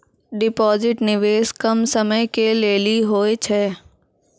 Deposit निवेश कम समय के लेली होय छै?